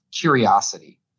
curiosity